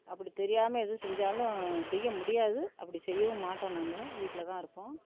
அப்படி தெரியாமல் எது செஞ்சாலும் செய்ய முடியாது அப்படி செய்யவும் மாட்டோம் நாங்கள் வீட்டில் தான் இருப்போம்